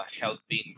helping